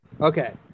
okay